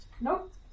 Nope